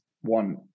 one